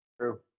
True